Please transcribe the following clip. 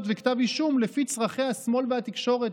וכתב אישום לפי צורכי השמאל והתקשורת.